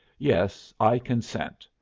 yes, i consent.